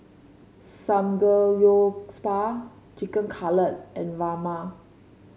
Samgeyopsal Chicken Cutlet and Rajma